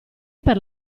per